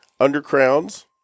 Undercrowns